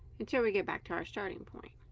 until we get back to our starting point